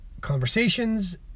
conversations